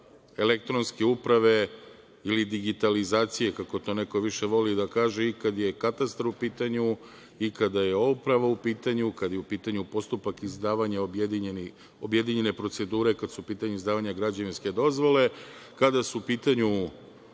elektronske uprave ili digitalizacije, kako to neko više voli da kaže i kada je katastar u pitanju i kada je uprava u pitanju, kada je u pitanju postupak izdavanja objedinjene procedure kada su u pitanju izdavanja građevinske dozvole, kada su u pitanju